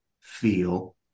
feel